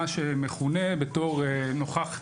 מה שמכונה בתור נוכח,